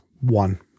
one